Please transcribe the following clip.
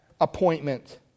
appointment